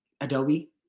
adobe